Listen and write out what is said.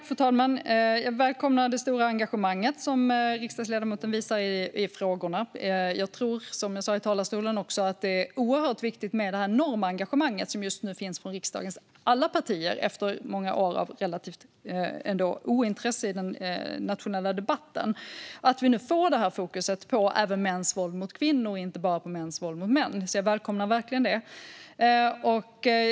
Fru talman! Jag välkomnar det stora engagemang som riksdagsledamoten visar i frågorna. Efter många år av relativt ointresse i den nationella debatten tror jag, som jag sa i talarstolen, att det är oerhört viktigt med det enorma engagemang som just nu finns från riksdagens alla partier och att vi nu får det här fokuset även på mäns våld mot kvinnor och inte bara på mäns våld mot män. Jag välkomnar verkligen detta.